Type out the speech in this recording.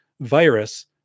virus